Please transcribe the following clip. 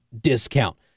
discount